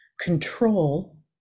control